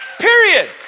Period